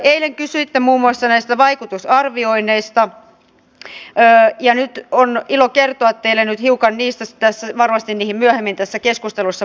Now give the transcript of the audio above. eilen kysyitte muun muassa näistä vaikutusarvioinneista ja nyt on ilo kertoa teille hiukan niistä tässä varmasti niihin myöhemmin tässä keskustelussa palataan